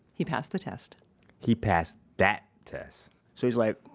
he passed the test he passed that test so he's like,